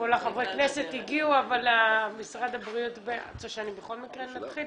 כל חברי הכנסת הגיעו אבל משרד הבריאות - בכל מקרה נתחיל?